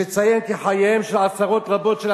יש לציין כי חייהם של עשרות רבות של